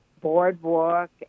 boardwalk